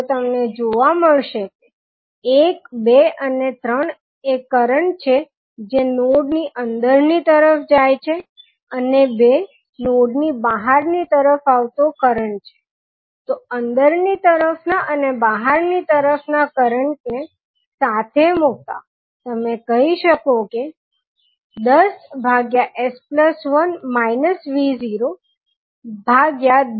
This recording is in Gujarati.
તો તમને જોવા મળશે કે 1 2 અને 3 એ કરંટ છે જે નોડ ની અંદરની તરફ જાય છે અને 2 નોડ ની બહારની તરફ આવતો કરંટ છે તો અંદરની તરફ ના અને બહારની તરફ નાં કરંટ ને સાથે મૂકતાં તમે કહી શકો કે 10s1 V01020